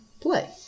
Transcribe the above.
play